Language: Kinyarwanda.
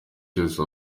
cyose